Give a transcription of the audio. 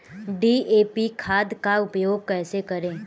DAP खाद का उपयोग कैसे करें?